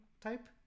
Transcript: type